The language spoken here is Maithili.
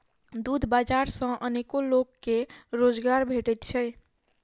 दूध बाजार सॅ अनेको लोक के रोजगार भेटैत छै